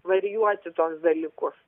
varijuoti tuos dalykus